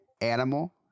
Animal